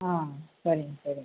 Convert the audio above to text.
ஆ சரிங்க சரிங்க